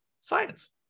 Science